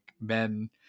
men